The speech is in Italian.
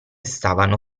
stavano